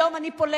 היום אני פולש?